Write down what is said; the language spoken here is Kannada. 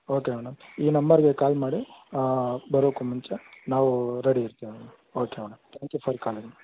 ಓಕೆ ಮೇಡಮ್ ಈ ನಂಬರ್ಗೆ ಕಾಲ್ ಮಾಡಿ ಬರೋಕ್ಕೂ ಮುಂಚೆ ನಾವು ರೆಡಿ ಇರ್ತೀವಿ madam okay madam thank you for calling